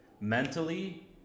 mentally